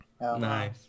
nice